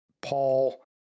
Paul